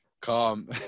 Calm